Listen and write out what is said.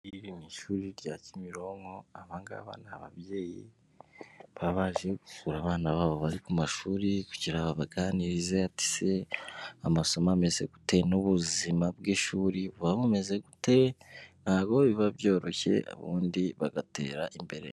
Iri ni ishuri rya Kimironko, aba ngaba ni ababyeyi baba baje gusura abana babo bari ku mashuri kugira ngo babaganirize ati se amasomo ameze gute? N'ubuzima bw'ishuri buba bumeze gute? Ntabwo biba byoroshye ubundi bagatera imbere.